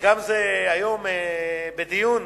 היום בדיון